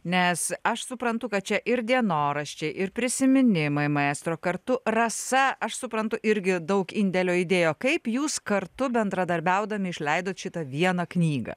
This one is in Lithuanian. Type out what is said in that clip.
nes aš suprantu kad čia ir dienoraščiai ir prisiminimai maestro kartu rasa aš suprantu irgi daug indėlio idėjo kaip jūs kartu bendradarbiaudami išleidot šitą vieną knygą